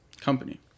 company